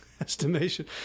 estimation